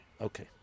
Okay